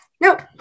Nope